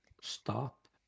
stop